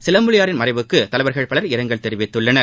சிலம்பொலியாரின் மறைவுக்கு தலைவர்கள் பலர் இரங்கல் தெரிவித்துள்ளனர்